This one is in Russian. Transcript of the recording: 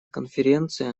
конференция